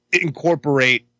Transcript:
incorporate